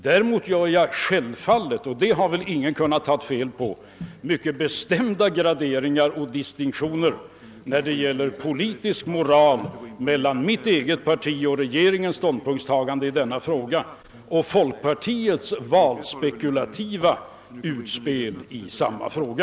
Däremot gör jag självfallet — det har väl ingen kunnat ta fel på — mycket bestämda graderingar av den politiska moralen som den kommer till uttryck i regeringens ståndpunktstagande i denna fråga och i folkpartiets valspekulativa utspel i samma fråga.